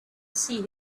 see